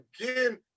again